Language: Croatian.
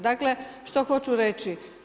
Dakle, što hoću reći?